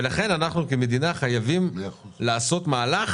לכן אנחנו כמדינה חייבים לעשות מהלך